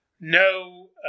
No